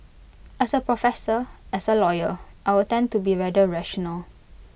as A professor as A lawyer I would tend to be rather rational